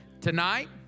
Tonight